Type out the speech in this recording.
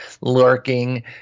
lurking